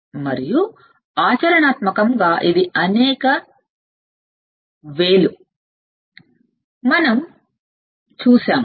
మరియు ఆచరణాత్మకంగా ఇది అనేక 1000 లు మనం చూసాం